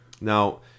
Now